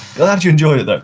glad you enjoyed it though.